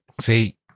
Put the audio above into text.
See